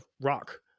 rock